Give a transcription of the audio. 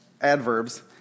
adverbs